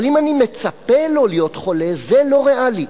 אבל אם אני מצפה לא להיות חולה, זה לא ריאלי.